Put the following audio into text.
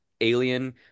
alien